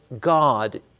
God